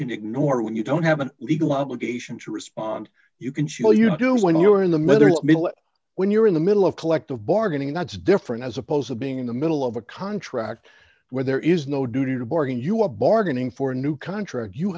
can ignore when you don't have a legal obligation to respond you can show you do when you are in the middle when you're in the middle of collective bargaining that's different as opposed to being in the middle of a contract where there is no duty to bargain you a bargaining for a new contract you